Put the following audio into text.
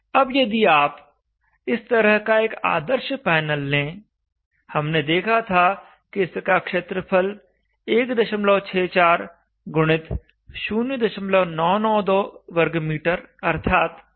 अब यदि आप इस तरह का एक आदर्श पैनल लें हमने देखा था कि इसका क्षेत्रफल 164x0992 m2 अर्थात् 163 m2 है